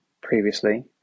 previously